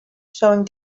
showing